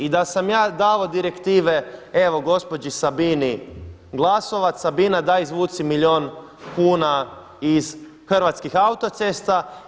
I da sam ja davao direktive evo gospođi Sabini Glasovac, Sabina daj izvuci milijun kuna iz Hrvatskih autocesta.